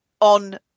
on